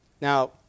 Now